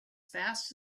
fast